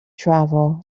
travel